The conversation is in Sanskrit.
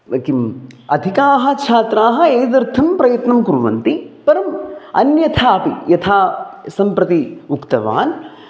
किम् अधिकाः छात्राः एतदर्थं प्रयत्नं कुर्वन्ति परम् अन्यथा अपि यथा सम्प्रति उक्तवान्